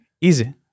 Easy